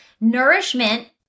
nourishment